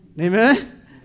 Amen